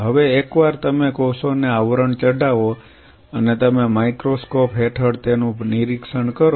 હવે એકવાર તમે કોષો ને આવરણ ચઢાવો અને તમે માઇક્રોસ્કોપ હેઠળ તેનું નિરીક્ષણ કરો